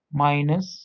minus